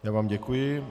Já vám děkuji.